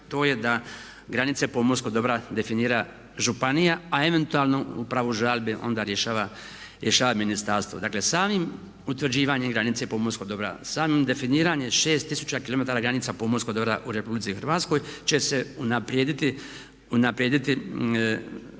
to je da granice pomorskog dobra definira županija a eventualno o pravu žalbe onda rješava ministarstvo. Dakle, samim utvrđivanjem granice pomorskog dobra, samim definiranjem 6000 km granica pomorskog dobra u Republici Hrvatskoj će se unaprijediti korištenje